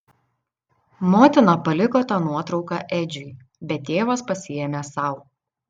motina paliko tą nuotrauką edžiui bet tėvas pasiėmė sau